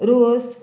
रोस